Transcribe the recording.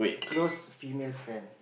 a close female friend